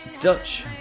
Dutch